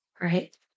right